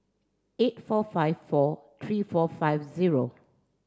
eight four five four three four five zero